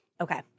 Okay